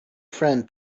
friend